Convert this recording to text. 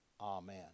Amen